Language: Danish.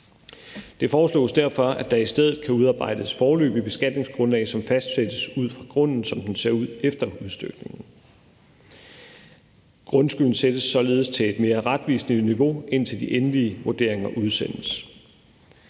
Det foreslås derfor, at der i stedet kan udarbejdes foreløbige beskatningsgrundlag, som fastsættes ud fra grunden, som den ser ud efter udstykningen. Grundskylden sættes således til et mere retvisende niveau, indtil de endelige vurderinger udsendes.